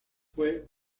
fue